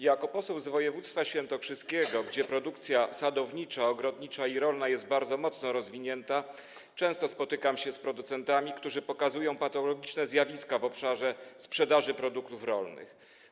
Jako poseł z województwa świętokrzyskiego, gdzie produkcja sadownicza, ogrodnicza i rolna jest bardzo mocno rozwinięta, często spotykam się z producentami, którzy pokazują patologiczne zjawiska w obszarze sprzedaży produktów rolnych.